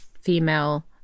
female